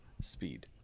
speed